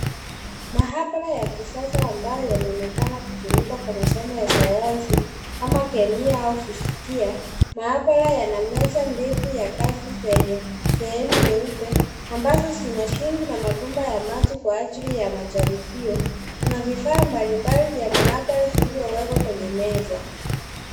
Maabara ya kisasa ambaye inaonekana kutumika kwa masomo ya sayansi kama kemia au fizikia. Maabara yana meza ndefu ya kazi zenye sehemu nyeupe ambazo zina sinki na mapomba ya maji kwa ajili majaribio. Kuna vifaa mbali mbali vya maabara zilizowekwa kwenye meza.